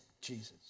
Jesus